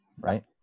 right